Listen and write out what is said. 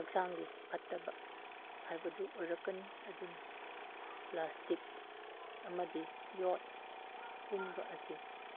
ꯍꯛꯆꯥꯡꯒꯤ ꯐꯠꯇꯕ ꯍꯥꯏꯕꯗꯨ ꯑꯣꯏꯔꯛꯀꯅꯤ ꯑꯗꯨꯅ ꯄ꯭ꯂꯥꯁꯇꯤꯛ ꯑꯃꯗꯤ ꯌꯣꯠꯀꯨꯝꯕ ꯑꯁꯤ